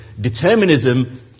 determinism